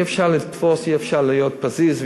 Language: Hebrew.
אי-אפשר לתפוס, אי-אפשר להיות פזיז.